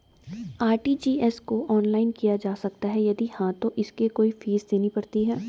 RTGS को online किया जा सकता है यदि हाँ तो इसकी कोई फीस देनी पड़ती है?